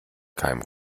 keinem